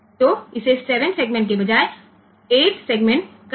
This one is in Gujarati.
તેથી 7 સેગમેન્ટ ને બદલે તે 8 સેગમેન્ટ કહેવાશે